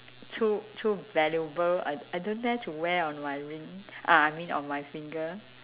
too too valuable I I don't dare to wear on my ring ah I mean on my finger